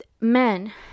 men